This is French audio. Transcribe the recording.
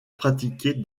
pratiquer